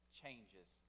changes